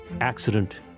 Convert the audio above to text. Accident